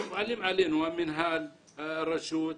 מופעלים עלינו, המינהל, הרשות,